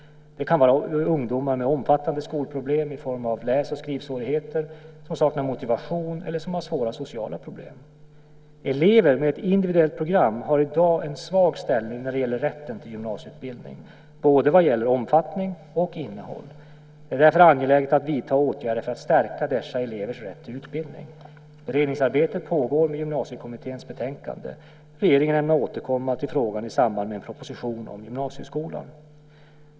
Det kan vara ungdomar med omfattande skolproblem i form av läs och skrivsvårigheter eller ungdomar som saknar motivation eller som har svåra sociala problem. Elever med ett individuellt program har i dag en svag ställning när det gäller rätten till gymnasieutbildning, både vad gäller omfattning och innehåll. Det är därför angeläget att vidta åtgärder för att stärka dessa elevers rätt till utbildning. Beredningsarbetet pågår med Gymnasiekommitténs betänkande. Regeringen ämnar återkomma i frågan i samband med en proposition om gymnasieskolan.